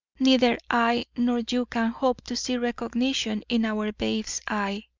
neither i nor you can hope to see recognition in our babe's eye.